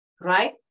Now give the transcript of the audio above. right